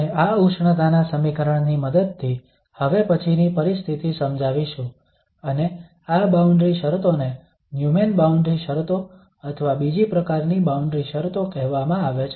આપણે આ ઉષ્ણતાના સમીકરણ ની મદદથી હવે પછીની પરિસ્થિતિ સમજાવીશું અને આ બાઉન્ડ્રી શરતો ને ન્યુમેન બાઉન્ડ્રી શરતો અથવા બીજી પ્રકારની બાઉન્ડ્રી શરતો કહેવામાં આવે છે